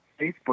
Facebook